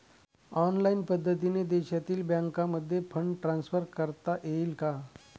Online पद्धतीने देशातील बँकांमध्ये फंड ट्रान्सफर करता येईल का?